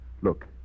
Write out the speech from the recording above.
Look